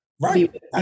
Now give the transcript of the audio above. Right